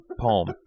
poem